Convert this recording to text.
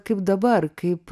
kaip dabar kaip